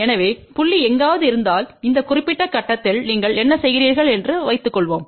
எனவே புள்ளி எங்காவது இருந்தால் இந்த குறிப்பிட்ட கட்டத்தில் நீங்கள் என்ன செய்கிறீர்கள் என்று வைத்துக்கொள்வோம்